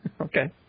Okay